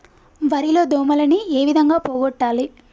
వరి లో దోమలని ఏ విధంగా పోగొట్టాలి?